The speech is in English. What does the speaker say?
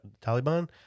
Taliban